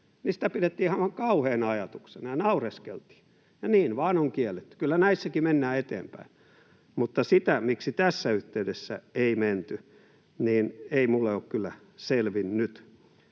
sitä pidettiin ihan kauheana ajatuksena ja naureskeltiin, ja niin se vain on kielletty. Kyllä näissäkin mennään eteenpäin. Mutta se, miksi tässä yhteydessä ei menty, ei minulle ole kyllä selvinnyt.